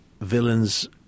villains